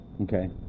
Okay